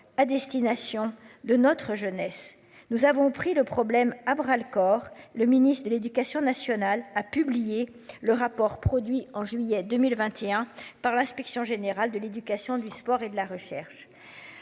à destination de notre jeunesse. Nous avons pris le problème à bras le corps. Le ministre de l'Éducation nationale a publié le rapport produit en juillet 2021 par l'inspection générale de l'éducation, du sport et de la recherche.